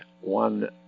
one